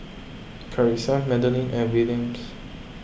Karissa Madalyn and Williams